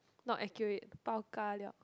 not accurate pao-ka-liao